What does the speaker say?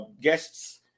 guests